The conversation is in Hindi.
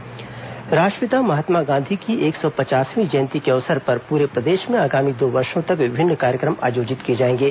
गांधी जयंती कार्यक्रम राष्ट्रपिता महात्मा गांधी की एक सौ पचासवी जयंती के अवसर पर पूरे प्रदेश में आगामी दो वर्षो तक विभिन्न कार्यक्रम आयोजित किए जाएंगे